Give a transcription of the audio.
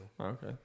Okay